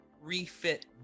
refit